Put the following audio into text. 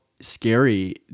scary